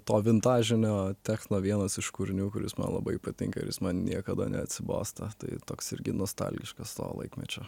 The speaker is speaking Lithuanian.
to vintažinio techno vienas iš kūrinių kuris man labai patinka ir jis man niekada neatsibosta tai toks irgi nostalgiškas to laikmečio